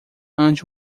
ande